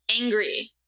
angry